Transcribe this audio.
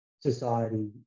society